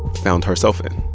found herself in